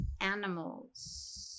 animals